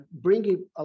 bringing